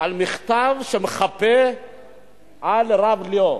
על מכתב שמחפה על הרב ליאור,